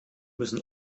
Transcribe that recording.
müssen